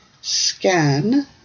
Scan